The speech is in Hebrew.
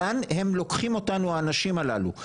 לאן הם לוקחים אותנו האנשים הללו?